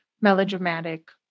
melodramatic